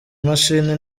mashini